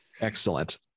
Excellent